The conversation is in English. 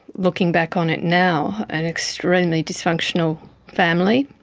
looking back on it now, an extremely dysfunctional family,